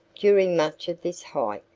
during much of this hike,